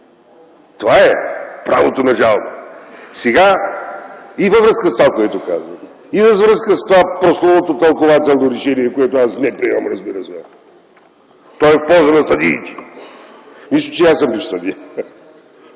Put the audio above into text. Това е правото на жалба! Сега, и във връзка с това което казвате, и във връзка с това прословуто тълкувателно решение, което аз не приемам, разбира се, то е в полза на съдиите. Нищо, че и аз съм бивш съдия.